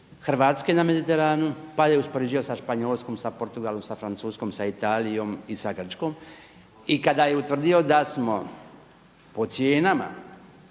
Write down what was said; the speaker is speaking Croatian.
Hrvatske na Mediteranu, pa ju je uspoređivao sa Španjolskom, sa Portugalom, sa Francuskom, sa Italijom i sa Grčkom. I kada je utvrdio da smo po cijenama